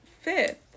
fifth